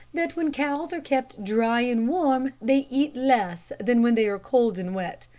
that when cows are kept dry and warm, they eat less than when they are cold and wet.